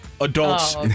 adults